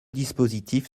dispositifs